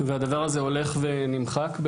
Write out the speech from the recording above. והדבר הזה הולך ונמחק.